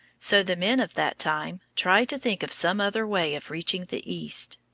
so the men of that time tried to think of some other way of reaching the east.